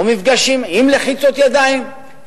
או מפגש עם לחיצות ידיים,